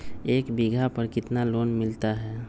एक बीघा पर कितना लोन मिलता है?